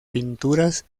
pinturas